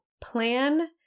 plan